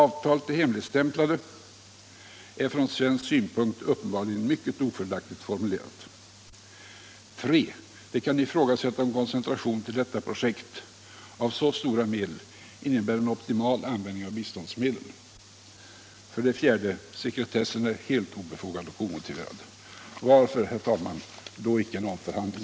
Avtalet, det hemligstämplade, är från svensk synpunkt uppenbarligen mycket ofördelaktigt formulerat. 3. Det kan ifrågasättas om koncentrationen till detta projekt av så stora medel innebär en optimal användning av biståndsmedlen. 4. Sekretessen är helt obefogad och omotiverad. 5. Varför, herr talman, då icke en omförhandling?